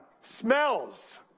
smells